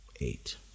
eight